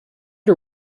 her